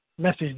message